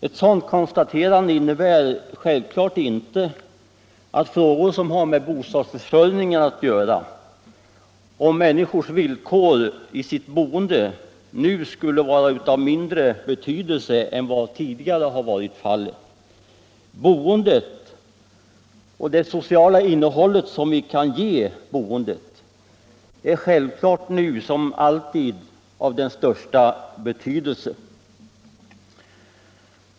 Ett sådant konstaterande innebär självfallet inte att frågor som har med bostadsförsörjningen och med villkoren för människors boende att göra nu skulle vara mindre betydelsefulla än tidigare. Boendet och dess sociala innehåll är självklart nu som alltid av den största betydelse.